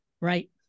Right